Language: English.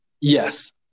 Yes